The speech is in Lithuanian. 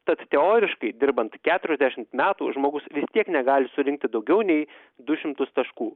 tad teoriškai dirbant keturiasdešimt metų žmogus vis tiek negali surinkti daugiau nei du šimtus taškų